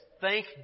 Thank